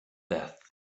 death